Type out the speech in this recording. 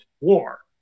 war